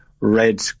red